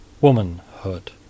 womanhood